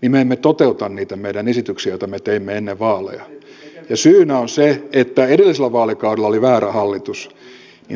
niin me emme toteuta niitä meidän esityksiämme joita me teimme ennen vaaleja ja syynä on se että edellisellä vaalikaudella oli väärä hallitus